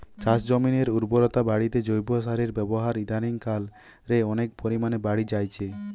চাষজমিনের উর্বরতা বাড়িতে জৈব সারের ব্যাবহার ইদানিং কাল রে অনেক পরিমাণে বাড়ি জাইচে